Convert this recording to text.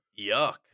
Yuck